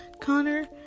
Connor